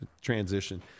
Transition